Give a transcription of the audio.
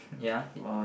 ya